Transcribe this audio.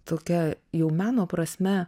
tokia jau meno prasme